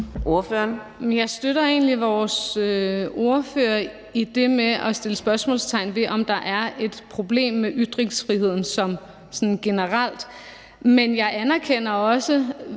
egentlig vores ordfører i det med at sætte spørgsmålstegn ved, om der er et problem med ytringsfriheden sådan generelt. Men jeg anerkender også,